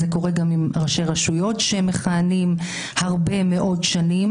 זה קורה גם עם ראשי רשויות שמכהנים הרבה מאוד שנים